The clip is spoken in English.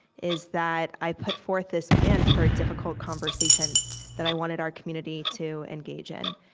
is that i put forth this plan for difficult conversations that i wanted our community to engage in.